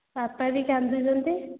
ବାପା ବି କାନ୍ଦୁଛନ୍ତି